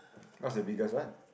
what's the biggest what